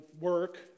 work